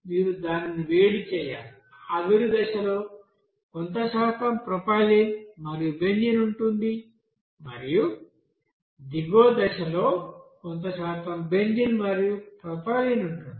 మీరు దానిని వేడి చేయాలి ఆవిరి దశలో కొంత శాతం ప్రొపైలిన్ మరియు బెంజీన్ ఉంటుంది మరియు దిగువ దశలో కొంత శాతం బెంజీన్ మరియు ప్రొపైలీన్ ఉంటుంది